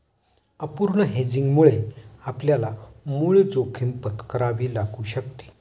अपूर्ण हेजिंगमुळे आपल्याला मूळ जोखीम पत्करावी लागू शकते